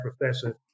professor